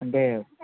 అంటే